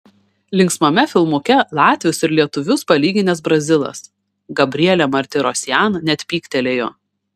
linksmame filmuke latvius ir lietuvius palyginęs brazilas gabrielė martirosian net pyktelėjo